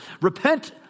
repent